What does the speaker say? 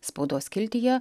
spaudos skiltyje